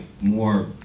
more